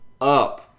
up